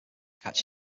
catch